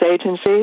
agencies